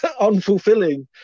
unfulfilling